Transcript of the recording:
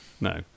No